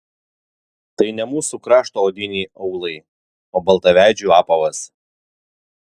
tai ne mūsų krašto odiniai aulai o baltaveidžių apavas